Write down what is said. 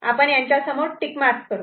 आपण यांच्यासमोर tick mark करू